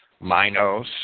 Minos